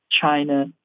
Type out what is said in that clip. China